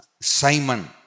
Simon